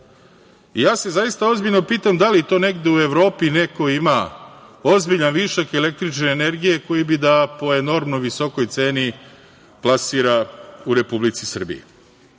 se ozbiljno pitam da li to neko u Evropi ima ozbiljan višak električne energije koji bi da po enormno visokoj ceni plasira u Republici Srbiji.